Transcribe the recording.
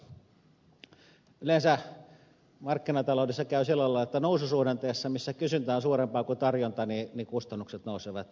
yleensä markkinataloudessa käy sillä lailla että noususuhdanteessa missä kysyntä on suurempaa kuin tarjonta kustannukset nousevat